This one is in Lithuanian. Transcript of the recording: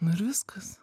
nu ir viskas